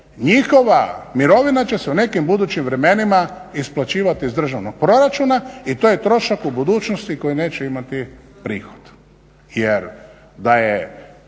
njihova mirovina će se u nekim budućim vremenima isplaćivati iz državnog proračuna. I to je trošak u budućnosti koji neće imati prihod. Jer da je